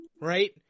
right